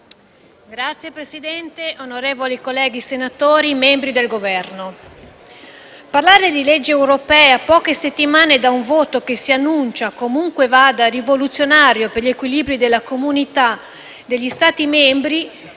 Signor Presidente, onorevoli colleghi senatori, membri del Governo, parlare di legge europea a poche settimane da un voto che si annuncia, comunque vada, rivoluzionario per gli equilibri della comunità degli Stati membri,